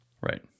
Right